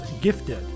gifted